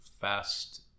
fast